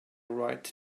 right